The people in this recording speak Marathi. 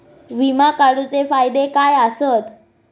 विमा काढूचे फायदे काय आसत?